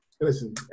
Listen